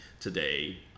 today